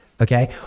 Okay